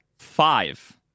Five